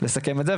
לסכם את זה,